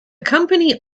company